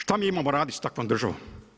Šta mi imamo raditi sa takvom državom?